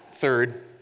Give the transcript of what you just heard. Third